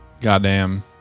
Goddamn